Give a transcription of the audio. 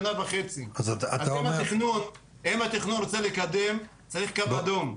אם התכנון רוצה לקדם צריך קו אדום,